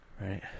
Right